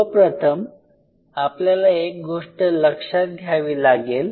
सर्वप्रथम आपल्याला एक गोष्ट लक्षात घ्यावी लागेल